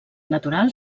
natural